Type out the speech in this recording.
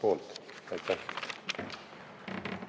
poolt. Aitäh!